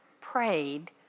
prayed